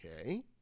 Okay